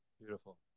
Beautiful